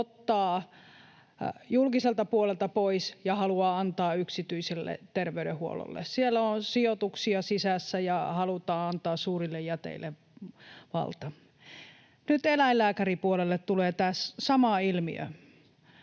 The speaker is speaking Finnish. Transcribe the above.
ottaa julkiselta puolelta pois ja haluaa antaa yksityiselle terveydenhuollolle. Siellä on sijoituksia sisässä, ja halutaan antaa suurille jäteille valta. Nyt eläinlääkäripuolelle tulee tämä sama ilmiö.